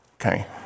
okay